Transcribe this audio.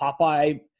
Popeye